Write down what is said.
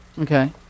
Okay